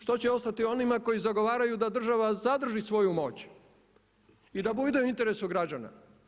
Što će ostati onima koji zagovaraju da država zadrži svoju moć i da budu u interesu građana?